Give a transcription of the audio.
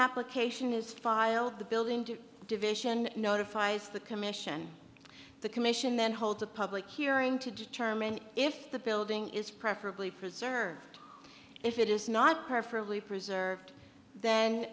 application is filed the building to division notifies the commission the commission then holds a public hearing to determine if the building is preferably preserved if it is not preferably preserved th